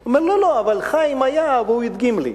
הוא אומר: לא לא, אבל חיים היה והוא הדגים לי.